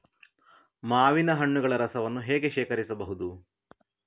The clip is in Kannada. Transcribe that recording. ಮಾವಿನ ಹಣ್ಣುಗಳ ರಸವನ್ನು ಹೇಗೆ ಶೇಖರಿಸಬಹುದು?